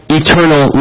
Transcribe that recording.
eternal